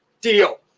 Deal